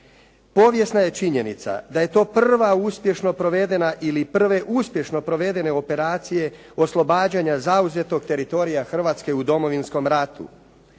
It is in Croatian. Povijesna je činjenica da je to prva uspješno provedena ili prve uspješno provedene operacije oslobađanja zauzetog teritorija Hrvatske u Domovinskom ratu.